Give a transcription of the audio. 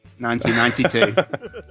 1992